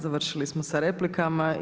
Završili smo sa replikama.